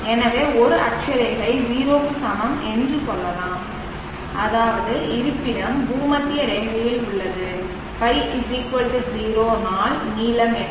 எனவே ஒரு அட்சரேகை 0 க்கு சமம் என்று சொல்லலாம் அதாவது இருப்பிடம் பூமத்திய ரேகையில் உள்ளது ϕ 0 நாள் நீளம் என்ன